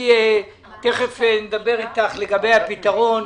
תכף נדבר אתך לגבי הפתרון.